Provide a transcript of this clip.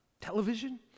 television